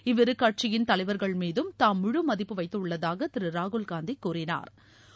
இவ்விரு கட்சியின் தலைவா்கள்மீதும் தாம் முழு மதிப்பு வைத்துள்ளதாக திரு ராகுல் காந்தி கூறினாா்